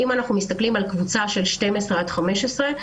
אם אנחנו מסתכלים על הקבוצה של 12 עד 15,